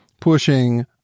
pushing